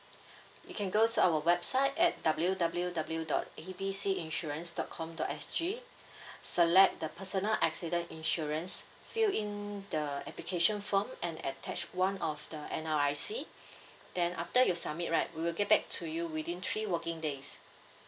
you can go to our website at W_W_W dot A B C insurance dot com dot S_G select the personal accident insurance fill in the application form and attach one of the N_R_I_C then after you submit right we'll get back to you within three working days